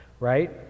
right